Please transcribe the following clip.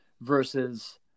versus